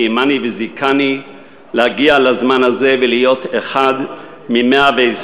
קיימני וזיכני להגיע לזמן הזה ולהיות אחד מ-120